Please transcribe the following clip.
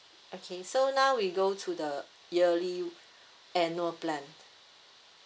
okay so now we go to the yearly annual plan